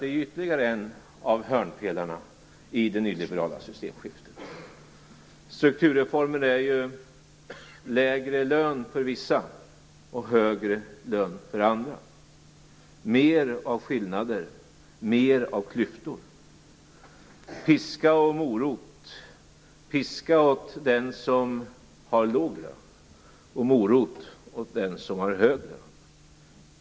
De är ju ytterligare en av hörnpelarna i det nyliberala systemskiftet. Strukturreformerna innebär lägre lön för vissa och högre lön för andra. De innebär mer av skillnader och mer av klyftor. Piska och morot - piska åt den som har låg lön och morot åt den som har hög lön.